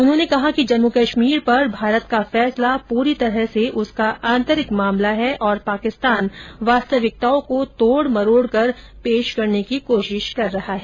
उन्होंने कहा कि जम्मू कश्मीर पर भारत का फैसला पूरी तरह से उसका आंतरिक मामला है और पाकिस्तान वास्तविकताओं को तोड़ मरोड़कर पेश करने की कोशिश कर रहा है